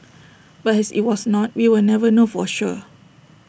but as IT was not we will never know for sure